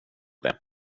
det